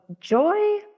Joy